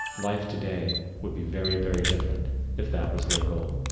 life today would be very very different if that was their goal.